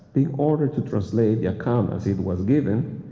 the order to translate the account as it was given,